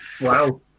Wow